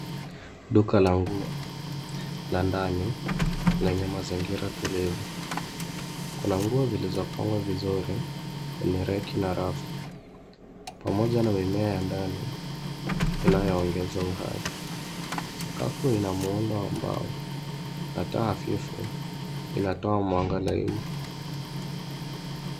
Duka la nguo la ndani lenye mazingira tulivu. Kuna nguo zilizopangwa vizuri kwenye reki na rafu pamoja na mimea ya ndani inayoongezwa uhai. Sakafu ina muundo wa mbao na taa hafifu inatoa mwanga laini.